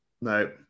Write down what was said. No